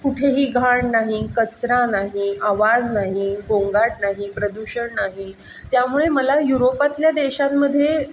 कुठेही घाण नाही कचरा नाही आवाज नाही गोंगाट नाही प्रदूषण नाही त्यामुळे मला युरोपातल्या देशांमध्ये